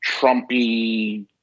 Trumpy